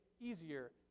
easier